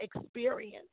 experience